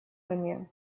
армию